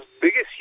biggest